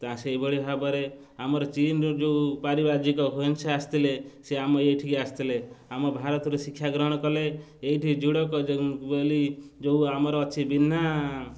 ତା ସେଇଭଳି ଭାବରେ ଆମର ଚୀନ୍ରୁ ଯେଉଁ ପାରିିବଜିକ ହୁଇଂସ ଆସିଥିଲେ ସେ ଆମ ଏଇଠିକି ଆସିଥିଲେ ଆମ ଭାରତରୁ ଶିକ୍ଷା ଗ୍ରହଣ କଲେ ଏଇଠି ଯୁଡ଼କ ବୋଲି ଯେଉଁ ଆମର ଅଛି ବିନା